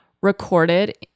recorded